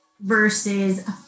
versus